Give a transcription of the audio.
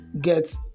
get